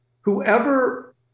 whoever